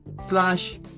slash